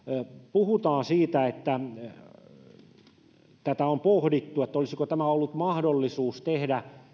puhutaan siitä tätä on pohdittu että olisiko tämä ollut mahdollista tehdä